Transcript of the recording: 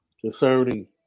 concerning